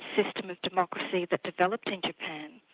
system of democracy that developed in japan,